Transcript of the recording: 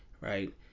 right